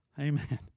Amen